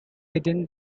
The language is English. within